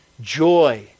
Joy